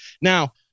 Now